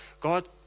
God